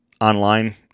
online